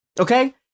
Okay